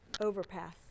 overpass